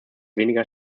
weniger